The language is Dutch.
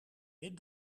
dit